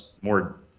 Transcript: more